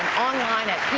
online at